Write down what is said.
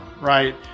right